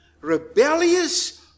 rebellious